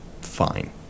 Fine